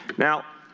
now,